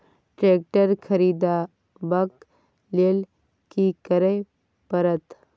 Tractor खरीदबाक लेल की करय परत?